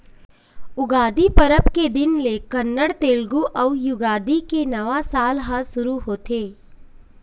उगादी परब के दिन ले कन्नड़, तेलगु अउ युगादी के नवा साल ह सुरू होथे